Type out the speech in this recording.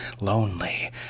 lonely